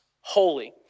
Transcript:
holy